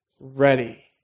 ready